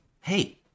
Hey